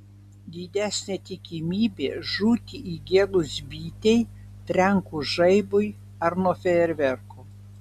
didesnė tikimybė žūti įgėlus bitei trenkus žaibui ar nuo fejerverkų